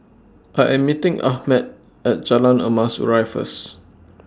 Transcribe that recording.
I Am meeting Ahmed At Jalan Emas Urai First